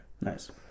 Nice